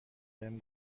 بهم